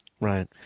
Right